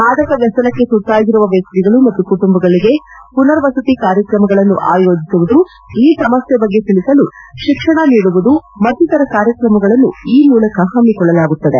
ಮಾದಕ ವ್ಯಸನಕ್ಕೆ ತುತ್ತಾಗಿರುವ ವ್ಯಕ್ತಿಗಳು ಮತ್ತು ಕುಟುಂಬಗಳಿಗೆ ಪುನರ್ವಸತಿ ಕಾರ್ಯಕ್ರಮಗಳನ್ನು ಆಯೋಜಿಸುವುದು ಈ ಸಮಸ್ಯೆ ಬಗ್ಗೆ ತಿಳಿಸಲು ಶಿಕ್ಷಣ ನೀಡುವುದು ಮತ್ತಿತರ ಕಾರ್ಯಕ್ರಮಗಳನ್ನು ಈ ಮೂಲಕ ಹಮ್ಮಿಕೊಳ್ಳಲಾಗುತ್ತದೆ